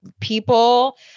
people